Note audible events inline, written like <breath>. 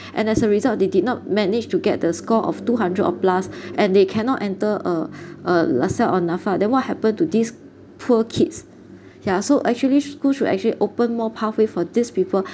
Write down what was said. and as a result they did not manage to get the score of two hundred o-plus <breath> and they cannot enter uh uh LASALLE or NAFA then what happen to these poor kids yeah so actually schools should actually open more pathway for these people